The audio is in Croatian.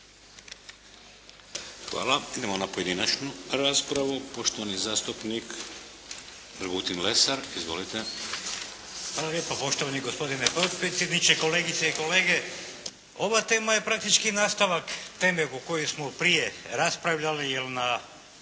Hvala. Idemo na pojedinačnu raspravu. Poštovani zastupnik Dragutin Lesar. Izvolite. **Lesar, Dragutin (Nezavisni)** Hvala lijepa poštovani gospodine potpredsjedniče, kolegice i kolege. Ova tema je praktički nastavak teme o kojoj smo prije raspravljali jer na